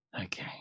Okay